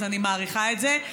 אז אני מעריכה את זה.